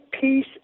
Peace